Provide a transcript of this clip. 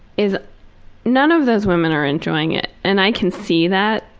is none of those women are enjoying it, and i can see that.